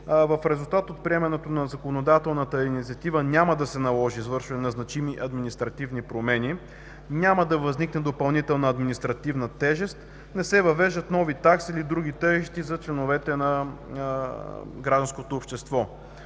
в резултат от приемането на законодателната инициатива няма да се наложи извършване на значими административни промени, няма да възникне допълнителна административна тежест, не се въвеждат нови такси или други тежести за членовете на гражданското общество.